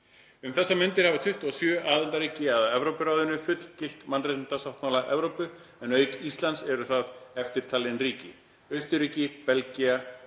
Um þessar mundir hafa 27 aðildarríki að Evrópuráðinu fullgilt mannréttindasáttmála Evrópu, en auk Íslands eru þetta eftirtalin ríki: Austurríki, Belgía, Bretland,